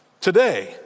today